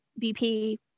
BP